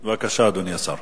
בבקשה, אדוני השר.